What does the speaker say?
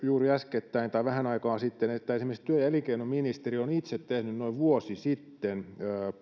juuri vähän aikaa sitten kun esimerkiksi työ ja elinkeinoministeriö on itse tehnyt noin vuosi sitten